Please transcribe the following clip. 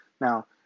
Now